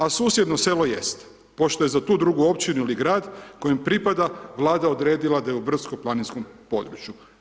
A susjedno selo jest pošto je za tu drugu općinu ili grad kojem pripada Vlada odredila da je u brdsko planinskom području.